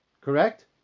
Correct